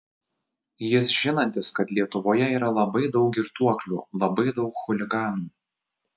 jis žinantis kad lietuvoje yra labai daug girtuoklių labai daug chuliganų